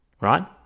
Right